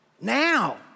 now